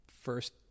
first